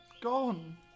GONE